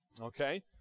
okay